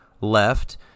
left